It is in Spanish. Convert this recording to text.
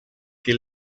que